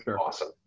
awesome